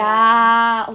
ya